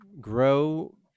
grow